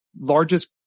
largest